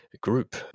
group